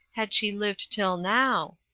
had she lived till now.